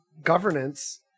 governance